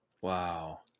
Wow